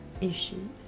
issues